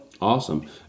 Awesome